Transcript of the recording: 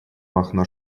махно